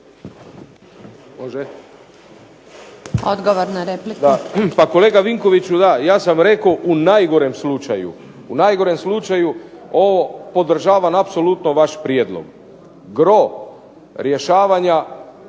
Odgovor na repliku.